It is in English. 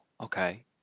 Okay